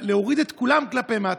להוריד את כולם כלפי מטה,